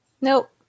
Nope